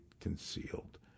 concealed